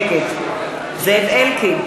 נגד זאב אלקין,